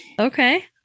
Okay